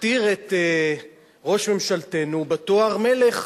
הכתיר את ראש ממשלתנו בתואר "מלך".